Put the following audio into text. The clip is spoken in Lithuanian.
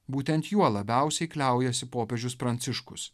būtent juo labiausiai kliaujasi popiežius pranciškus